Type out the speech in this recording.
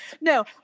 No